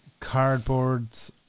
cardboards